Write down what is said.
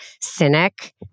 cynic